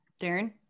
darren